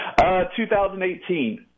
2018